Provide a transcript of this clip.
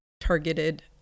targeted